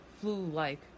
flu-like